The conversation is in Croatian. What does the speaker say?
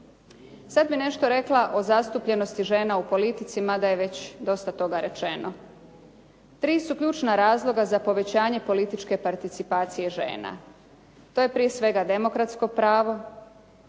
Sad bih nešto rekla o zastupljenosti žena u politici, mada je već dosta toga rečeno. Tri su ključna razloga za povećanje političke participacije žena. To je prije svega demokratsko pravo,